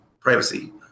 privacy